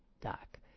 doc